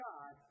God